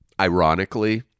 ironically